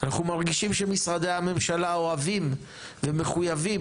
אנחנו מרגישים שמשרדי הממשלה אוהבים ומחויבים